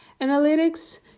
analytics